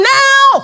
now